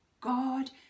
God